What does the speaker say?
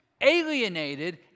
Alienated